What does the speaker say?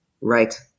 right